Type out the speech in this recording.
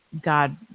God